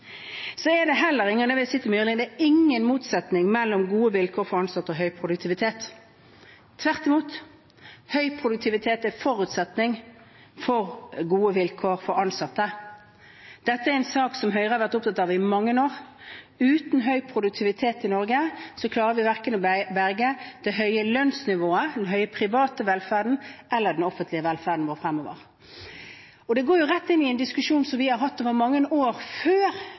Så vil jeg si til representanten Myrli: Det er ingen motsetning mellom gode vilkår for ansatte og høy produktivitet. Tvert imot er høy produktivitet en forutsetning for gode vilkår for ansatte. Dette er en sak som Høyre har vært opptatt av i mange år. Uten høy produktivitet i Norge klarer vi verken å berge det høye lønnsnivået, den høye private velferden eller den offentlige velferden vår fremover. Dette går rett inn i en diskusjon vi har hatt gjennom mange år før